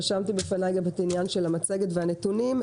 רשמתי בפניי גם את העניין של המצגת והנתונים.